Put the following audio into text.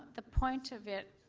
the point of it,